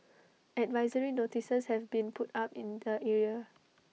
advisory notices have been put up in the area